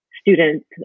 students